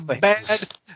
bad